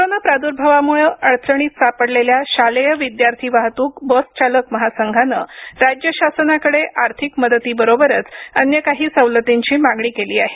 corona प्रादुर्भावामुळं अडचणीत सापडलेल्या शालेय विद्यार्थी वाहतूक बस चालक महासंघानं राज्य शासनाकडे आर्थिक मदतीबरोबरच अन्य काही सवलतींची मागणी केली आहे